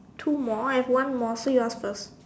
two more I have one more so you ask first